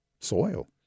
soil